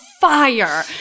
fire